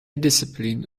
discipline